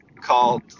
called